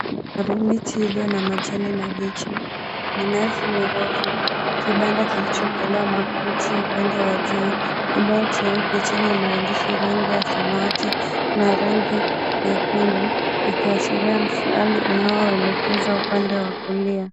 Mandhari, miti iliyo na majani mabichi, minazi mirefu, kibanda kilichoekelewa makuti upande wa juu, kibao cheupe chenye maandishi rangi ya samawati na rangi nyekundu ikiashiria mshale unaoelekeza upande wa kulia.